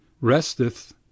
resteth